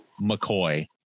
mccoy